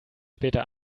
später